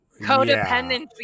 Codependency